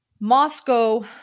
Moscow